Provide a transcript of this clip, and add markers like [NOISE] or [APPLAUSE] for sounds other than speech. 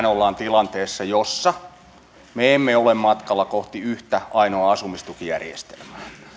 [UNINTELLIGIBLE] ollaan tilanteessa jossa me emme ole matkalla kohti yhtä ainoaa asumistukijärjestelmää